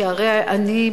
שהרי אני,